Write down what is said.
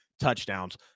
touchdowns